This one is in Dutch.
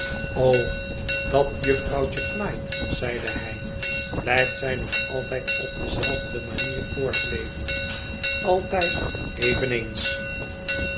o dat jufvrouwtje flite zeide hij blijft zij nog altijd op dezelfde manier voortleven altijd eveneens